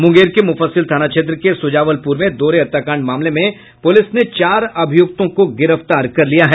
मुंगेर के मुफस्सिल थाना क्षेत्र के सुजावलपुर में दोहरे हत्याकांड मामले में पुलिस ने चार अभियुक्तों को गिरफ्तार कर लिया है